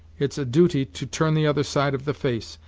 it's a duty to turn the other side of the face,